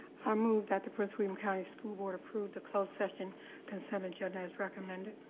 i move that the prince william county school board approve the closed session consent agenda as recommended.